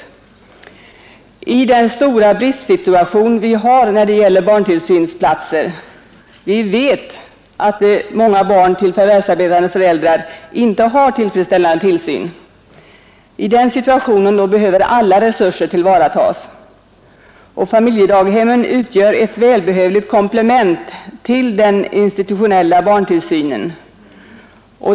Med den stora brist vi har när det gäller barntillsynsplatser — vi vet att många barn till förvärvsarbetande föräldrar inte har tillfredsställande tillsyn — behöver alla resurser tas till vara. Och familjedaghemmen utgör ett välbehövligt komplement till den institutionella barntillsynen.